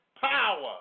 power